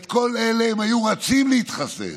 כל אלה היו רצים להתחסן.